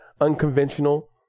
unconventional